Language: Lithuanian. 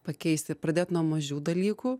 pakeisti pradėt nuo mažių dalykų